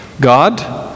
God